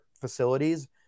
facilities